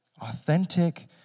authentic